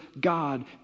God